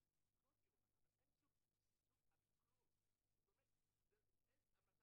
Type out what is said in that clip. שבפירוש עושה חלק מהמניעה בישראל.